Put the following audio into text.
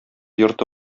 йорты